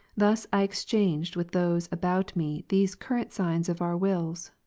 thus i exchanged with those about me these current signs of our wills,